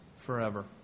forever